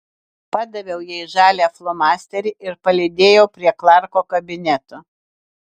padaviau jai žalią flomasterį ir palydėjau prie klarko kabineto